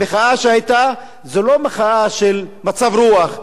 המחאה שהיתה, זו לא מחאה של מצב רוח,